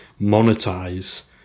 monetize